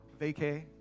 vacay